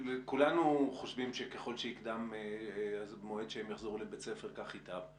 כולנו חושבים שככל שיקדם המועד שהם יחזרו לבית הספר כך ייטב,